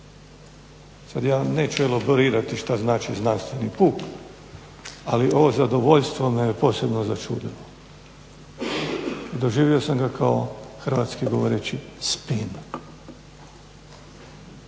Sad ja neću elaborirati šta znači znanstveni puk ali ovo zadovoljstvo me je posebno začudilo. Doživio sam ga kao hrvatski govoreći speen